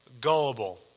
gullible